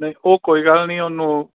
ਨਹੀਂ ਉਹ ਕੋਈ ਗੱਲ ਨਹੀਂ ਉਹਨੂੰ